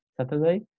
Saturday